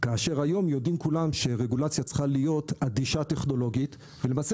כאשר היום יודעים כולם שרגולציה צריכה להיות אדישה טכנולוגית ולמעשה